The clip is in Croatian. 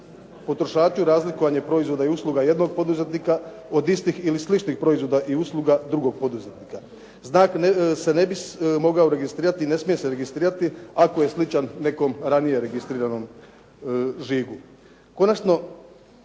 potrošaču razlikovanja proizvoda i usluga jednog poduzetnika od istih ili sličnih proizvoda i usluga drugog poduzetnika. Znak se ne bi mogao registrirati i ne smije se registrirati ako je sličan nekom ranije registriranom žigu.